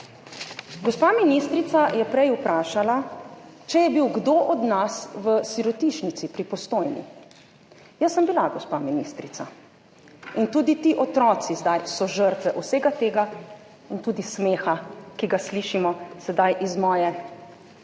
Gospa ministrica je prej vprašala, če je bil kdo od nas v sirotišnici pri Postojni? Jaz sem bila, gospa ministrica. In tudi ti otroci zdaj so žrtve vsega tega in tudi smeha, ki ga slišimo sedaj iz moje leve